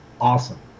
Awesome